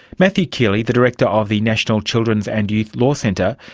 matthew keeley, the director of the national children's and youth law centre,